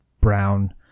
brown